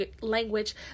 language